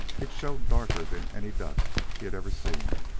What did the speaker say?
it showed darker than any dust he had ever seen,